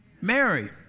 Mary